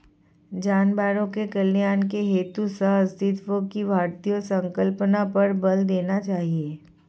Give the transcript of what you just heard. जानवरों के कल्याण हेतु सहअस्तित्व की भारतीय संकल्पना पर बल देना चाहिए